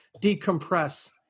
decompress